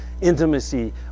intimacy